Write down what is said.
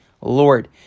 Lord